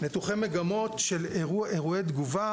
ניתוחי מגמות של אירועי תגובה,